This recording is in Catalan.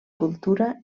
cultura